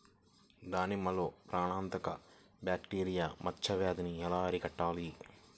దానిమ్మలో ప్రాణాంతక బ్యాక్టీరియా మచ్చ వ్యాధినీ ఎలా అరికట్టాలి?